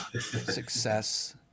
success